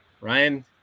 Ryan